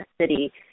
city